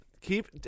Keep